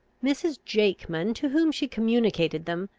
mrs. jakeman, to whom she communicated them,